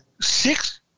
six